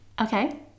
Okay